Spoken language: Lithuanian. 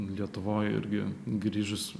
lietuvoj irgi grįžus